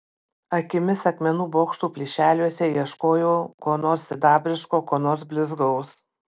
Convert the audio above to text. akimis akmenų bokštų plyšeliuose ieškojau ko nors sidabriško ko nors blizgaus